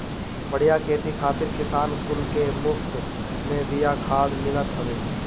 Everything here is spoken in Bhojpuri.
बढ़िया खेती खातिर किसान कुल के मुफत में बिया खाद मिलत हवे